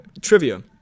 Trivia